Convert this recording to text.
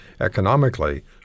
economically